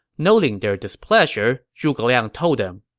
noting their displeasure, zhuge liang told them,